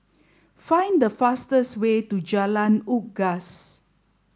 find the fastest way to Jalan Unggas